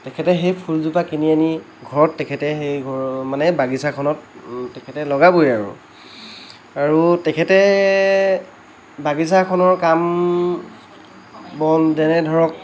তেখেতে সেই ফুলজোপা কিনি আনি ঘৰত তেখেতে মানে বাগিছাখনত তেখেতে লগাবই আৰু আৰু তেখেতে বাগিছাখনৰ কাম বন যেনে ধৰক